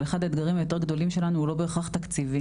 אבל אחד האתגרים היותר גדולים שלנו הוא לא בהכרח תקציבי.